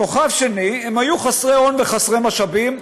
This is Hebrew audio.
כוכב שני: הם היו חסרי הון וחסרי משאבים".